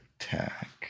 attack